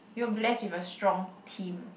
you were blessed with a strong team